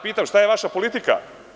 Pitam šta je vaša politika?